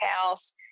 house